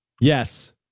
Yes